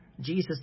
Jesus